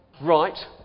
right